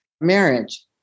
marriage